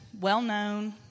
well-known